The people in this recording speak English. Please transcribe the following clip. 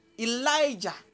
Elijah